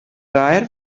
tire